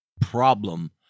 problem